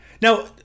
Now